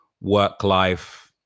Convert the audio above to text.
work-life